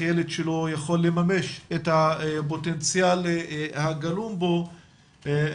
ילד שלא יכול לממש את הפוטנציאל הגלום בו ולכן